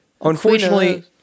unfortunately